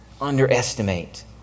underestimate